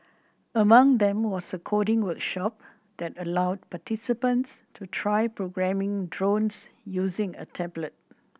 among them was a coding workshop that allowed participants to try programming drones using a tablet